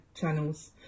channels